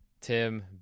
Tim